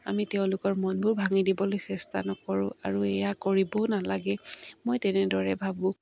আমি তেওঁলোকৰ মনবোৰ ভাঙি দিবলৈ চেষ্টা নকৰোঁ আৰু এয়া কৰিবও নালাগে মই তেনেদৰে ভাবোঁ